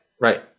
right